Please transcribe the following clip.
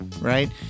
right